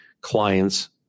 clients